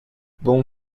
bon